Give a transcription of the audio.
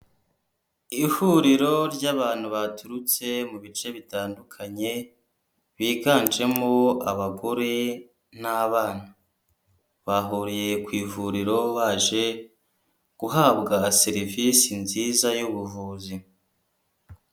Ihuriro ry'abantu baturutse mu bice bitandukanye biganjemo abagore n'abana bahuriye ku ivuriro baje guhabwa serivisi nziza y'ubuvuzi.